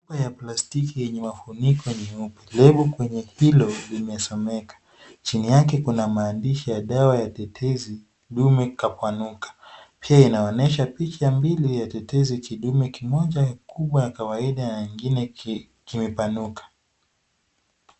Chupa ya plastiki yenye mafuniko nyeupe, iliyomo kwenye pilo imesomeka. Chini yake kuna maandishi ya dawa ya tetezi, udumi kapanuka. Hii inaonyesha picha mbili ya tetezi, kidumi kimoja kubwa ya kawaida na kingine kimepanuka.